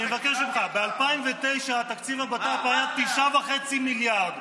אני מבקש ממך: ב-2009 תקציב הבט"פ היה 9.5 מיליארד,